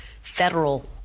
federal